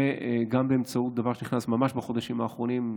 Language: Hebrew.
וגם באמצעות דבר שנכנס ממש בחודשים האחרונים,